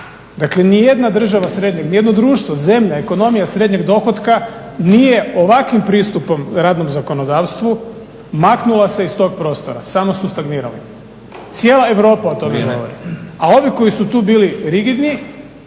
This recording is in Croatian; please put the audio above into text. Dakle, ni jedna država srednje, ni jedno društvo, zemlja, ekonomija srednjeg dohotka nije ovakvim pristupom radnom zakonodavstvu maknula se iz tog prostora, samo su stagnirali. Cijela Europa o tome govori, a ovi koji su tu bili rigidni